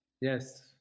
Yes